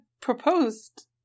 proposed